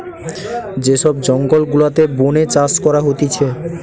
যে সব জঙ্গল গুলাতে বোনে চাষ করা হতিছে